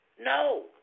No